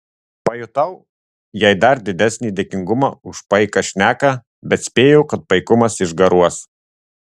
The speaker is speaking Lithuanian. pajutau jai dar didesnį dėkingumą už paiką šneką bet spėjau kad paikumas išgaruos